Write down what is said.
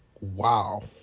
Wow